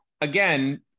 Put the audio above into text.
again